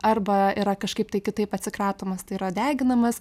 arba yra kažkaip tai kitaip atsikratomas tai yra deginamas